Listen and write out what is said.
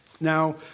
Now